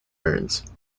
birds